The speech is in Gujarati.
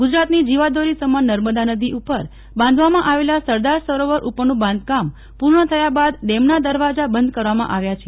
ગુજરાતની જીવાદોરી સમાન નર્મદા નદી ઉપર બાંધવામાં આવેલા સરદાર સરોવર ઉપરનું બાંધકામ પૂર્ણ થયા બાદ ડેમના દરવાજા બંધ કરવામાં આવ્યા છે